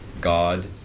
God